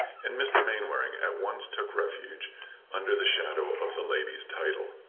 and mr. mainwaring at once took refuge under the shadow of the ladies' title.